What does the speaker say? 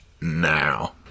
now